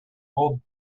old